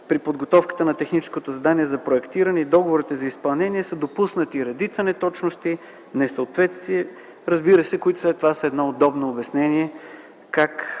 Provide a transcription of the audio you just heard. При подготовката на техническото задание за проектиране и договорите за изпълнение са допуснати редица неточности, несъответствия, които след това, разбира се, са удобно обяснение